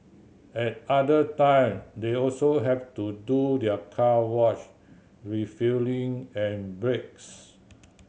at other time they also have to do their car wash refuelling and breaks